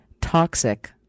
toxic